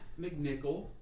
McNichol